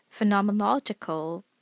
phenomenological